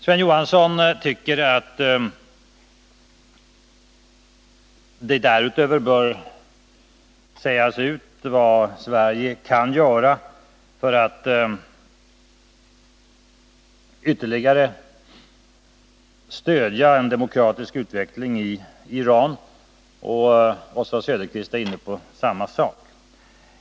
Sven Johansson tycker att det därutöver bör sägas ut vad Sverige kan göra för att ytterligare stödja en demokratisk utveckling i Iran, och Oswald Söderqvist var inne på samma sak.